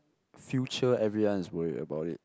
future everyone is worry about it